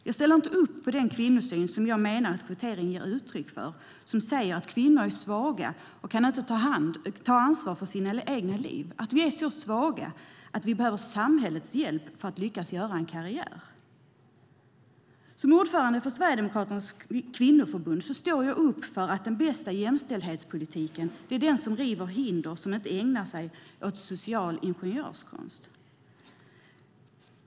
Jag ställer inte upp på den kvinnosyn som jag menar att kvotering ger uttryck för och som säger att kvinnor är svaga och inte kan ta ansvar för sina egna liv, att vi är så svaga att vi behöver samhällets hjälp för att lyckas göra karriär. Som ordförande för Sverigedemokraternas kvinnoförbund står jag upp för att den bästa jämställdhetspolitiken är den som river hinder och som inte ägnar sig åt social ingenjörskonst.